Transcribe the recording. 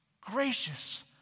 gracious